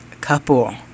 couple